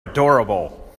adorable